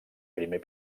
primer